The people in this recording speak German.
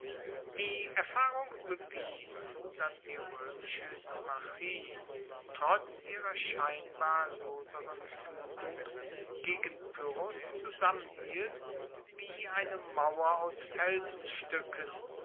die erfahrung bewies dass die roemische symmachie trotz ihrer scheinbar loseren fuegung gegen pyrrhos zusammenhielt wie eine mauer aus